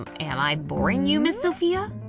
am i boring you, ms. sophia?